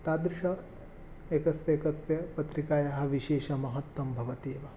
तादृशः एकस्य एकस्य पत्रिकायाः विशेषं महत्त्वं भवति एव